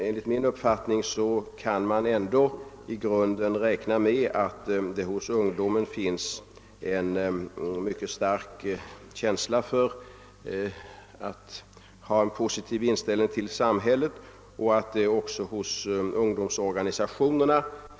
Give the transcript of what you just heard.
Enligt min uppfattning kan vi ändå räkna med att det hos ungdomen i grunden finns en starkt positiv inställning till samhället liksom även hos ungdomsorganisationerna.